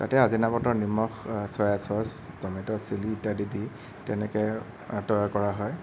তাতে আজিনা মটৰ নিমখ চয়া চচ্ টমেট' চিলি ইত্যাদি দি তেনেকৈ তৈয়াৰ কৰা হয়